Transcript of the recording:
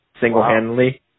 single-handedly